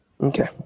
Okay